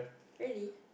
really